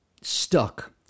stuck